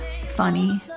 funny